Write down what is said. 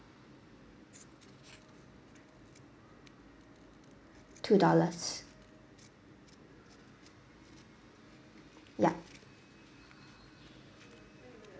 two dollars yup